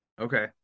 Okay